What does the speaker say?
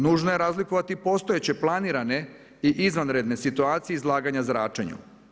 Nužno je razlikovati i postojeće planirane i izvanredne situacije izlaganja zračenju.